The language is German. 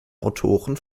autoren